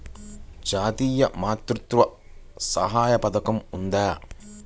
జాతీయ మాతృత్వ సహాయ పథకం ఉందా?